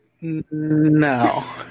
No